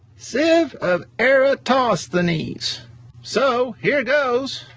siv of air-uh taws thuh-neeze so, here goes